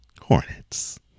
Hornets